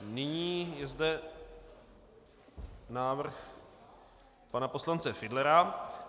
Nyní je zde návrh pana poslance Fiedlera.